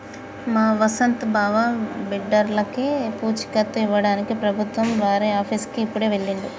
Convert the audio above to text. మా వసంత్ బావ బిడ్డర్లకి పూచీకత్తు ఇవ్వడానికి ప్రభుత్వం వారి ఆఫీసుకి ఇప్పుడే వెళ్ళిండు